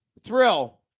Thrill